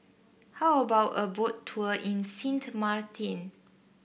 how about a Boat Tour in Sint Maarten